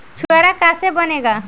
छुआरा का से बनेगा?